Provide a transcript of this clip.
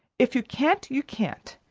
if you can't, you can't.